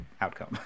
outcome